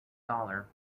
dollar